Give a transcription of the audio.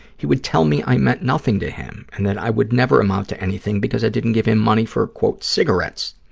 he would tell me i meant nothing to him and that i would never amount to anything because i didn't give him money for, quote, cigarettes.